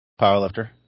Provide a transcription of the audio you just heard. powerlifter